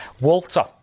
Walter